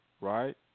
right